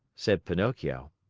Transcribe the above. said pinocchio.